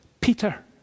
Peter